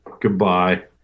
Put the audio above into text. goodbye